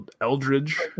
Eldridge